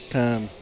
time